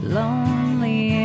lonely